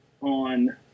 on